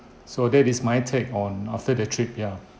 so that is my take on after the trip ya